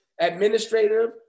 Administrative